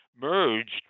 merged